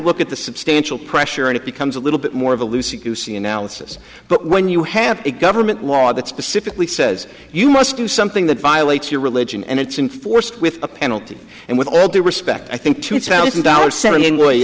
look at the substantial pressure and it becomes a little bit more of a lucic you see analysis but when you have a government law that specifically says you must do something that violates your religion and it's enforced with a penalty and with all due respect i think two thousand dollars se